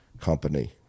company